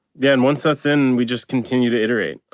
then once that's in we just continue to iterate